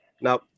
Now